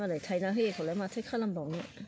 मालाय थायना होयिखौलाय माथो खालामबावनो